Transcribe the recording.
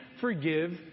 forgive